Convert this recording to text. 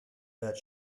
that